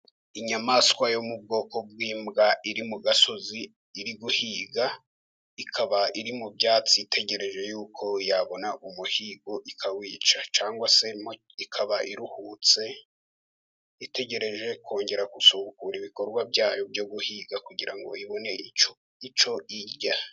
Inyamaswa yo mu bwoko bw'imbwa iri mu gasozi, iri guhiga, ikaba iri mu byatsi itegereje yuko yabona umuhigo, ikawica. Cyangwa se ikaba iruhutse, itegereje kongera gusubukura ibikorwa byayo byo guhiga, kugira ngo ibone icyo irya.